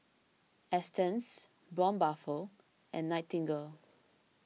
Astons Braun Buffel and Nightingale